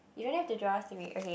you don't have to draw three okay